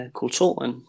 kulturen